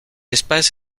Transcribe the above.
espèce